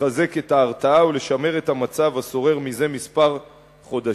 לחזק את ההרתעה ולשמר את המצב השורר זה חודשים מספר,